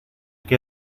que